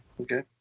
okay